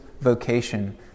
vocation